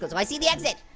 but i see the exit!